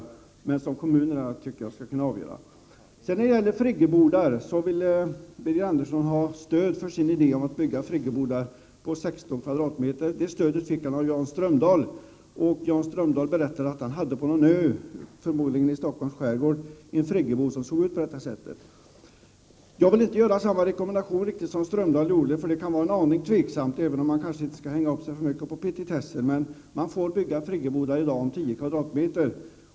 Birger Andersson vill ha stöd för sin idé om att man skall kunna bygga friggebodar på 16 m?. Det stödet fick han av Jan Strömdahl. Jan Strömdahl berättade att han på någon ö, förmodligen i Stockholms skärgård, hade en friggebod som såg ut på detta sätt. Jag vill inte göra samma rekommendation som Jan Strömdahl. Det kan vara en aning tveksamt, även om man kanske inte skall hänga upp sig för mycket på petitesser. Man får i dag bygga friggebodar som är 10 m?.